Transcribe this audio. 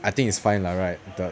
I think is fine lah right the